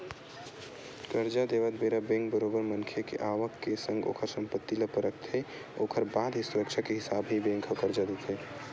करजा देवत बेरा बेंक बरोबर मनखे के आवक के संग ओखर संपत्ति ल परखथे ओखर बाद ही सुरक्छा के हिसाब ले ही बेंक ह करजा देथे